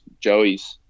joeys